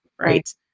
Right